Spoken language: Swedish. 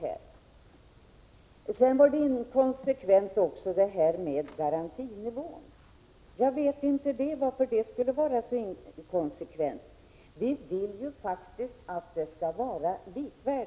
Vårt förslag när det gäller garantinivån sades också vara inkonsekvent. Jag förstår inte varför det skulle vara så inkonsekvent. Vi vill ju faktiskt åstadkomma likvärdiga förhållanden.